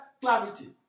clarity